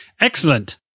excellent